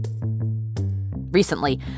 Recently